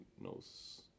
knows